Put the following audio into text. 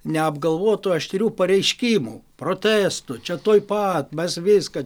neapgalvotų aštrių pareiškimų protestų čia tuoj pat mes viską